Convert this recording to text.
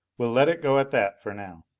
we'll let it go at that for now.